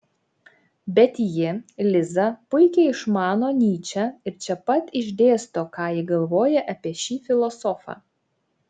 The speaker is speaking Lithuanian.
bet ji liza puikiai išmano nyčę ir čia pat išdėsto ką ji galvoja apie šį filosofą